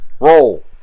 Roll